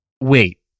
wait